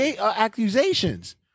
accusations